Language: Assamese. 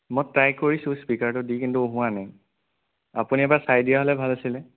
মই ট্ৰাই কৰিছোঁ স্পীকাৰটো দি কিন্তু হোৱা নাই আপুনি এবাৰ চাই দিয়া হ'লে ভাল আছিলে